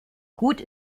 gut